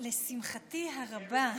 לשמחתי הרבה,